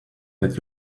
that